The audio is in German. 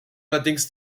allerdings